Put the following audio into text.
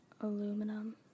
aluminum